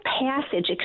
passage